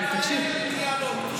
זה לא דיאלוג.